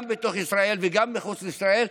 גם בתוך ישראל וגם מחוץ לישראל,